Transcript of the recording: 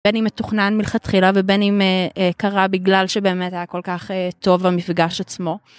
בין אם מתוכנן מלכתחילה ובין אם קרה בגלל שבאמת היה כל כך טוב המפגש עצמו.